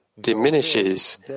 diminishes